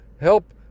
help